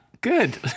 Good